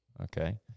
okay